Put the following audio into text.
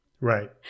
Right